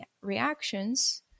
reactions